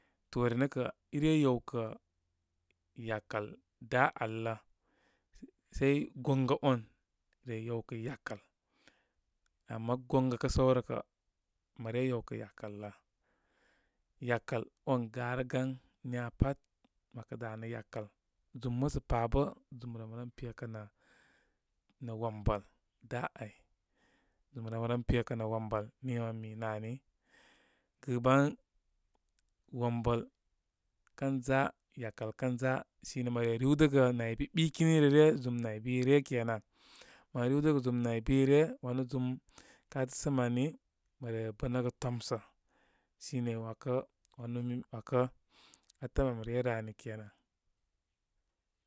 Toore nə' kə' i re yew kə yakəl da' al lə. Sei gonga on re yewkə yakəl. Ama gonga kə' səw rə, kə' mə re yewkə' yakal lə. Yakəl on garəgan niya pat mə kə danə' yakəl, zum musə pa bə', zum rem ren pekə nə' wombəl da ay. zum rem ren pekə' nə' wombər nii mə mi nə ani. Gɨ wombəl kəza, yakəl kənza sine mə re riwdəgə nay bi ɓikini, rə ryo zum nay bi ryə kenan. Mə riwdəgə zum naybi ryə. Wanu zum ka tə'ə' səm ani mə re bənəgə tomsə. Sine mi wakə, wanu mi mi wakə atəm ami ryə rə ani kenan.